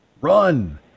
run